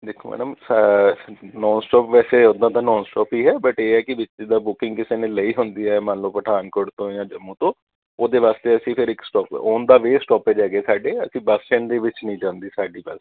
ਦੇਖੋ ਮੈਡਮ ਸ non stop ਵੈਸੇ ਉਦਾਂ ਤਾਂ ਨੋਨ ਸਟੋਪ ਹੀ ਆ ਬਟ ਇਹ ਆ ਕਿ ਜਿੱਦਾਂ ਬੁਕਿੰਗ ਕਿਸੇ ਨੇ ਲਈ ਹੁੰਦੀ ਹੈ ਮੰਨ ਲਓ ਪਠਾਨਕੋਟ ਤੋਂ ਜਾਂ ਜੰਮੂ ਤੋਂ ਉਹਦੇ ਵਾਸਤੇ ਅਸੀਂ ਫਿਰ ਇੱਕ ਓਨ ਦਾ ਵੇ ਸਟੋਪਿਜ ਹੈਗੇ ਸਾਡੇ ਅਸੀਂ ਬੱਸ ਸਟੈਂਡ ਦੇ ਵਿੱਚ ਨਹੀਂ ਜਾਂਦੀ ਸਾਡੀ ਬੱਸ